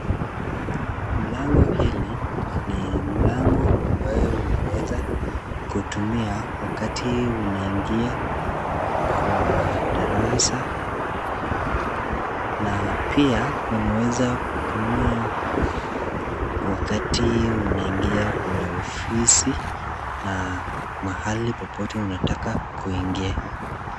Mlango hili ni mlango ambayo unaweza kutumia wakati unaingia kwa darasa na pia unaweza kutumia wakati unaingia kwenye ofisi na mahali popote unataka kuingia.